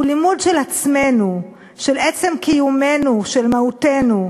הוא לימוד של עצמנו, של עצם קיומנו, של מהותנו.